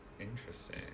Interesting